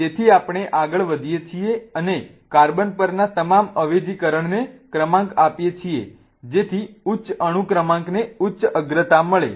તેથી આપણે આગળ વધીએ છીએ અને કાર્બન પરના તમામ અવેજીકરણને ક્રમાંક આપીએ છીએ જેથી ઉચ્ચ અણુ ક્રમાંકને ઉચ્ચ અગ્રતા મળે